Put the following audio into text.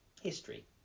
History